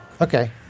Okay